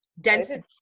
density